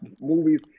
movies